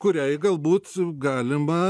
kuriai galbūt galima